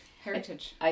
heritage